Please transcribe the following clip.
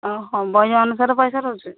ବହି ଅନୁସାରେ ପଇସା ରହୁଛି